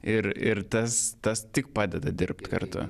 ir ir tas tas tik padeda dirbt kartu